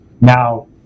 Now